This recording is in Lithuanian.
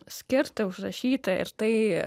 skirti užrašyti ir tai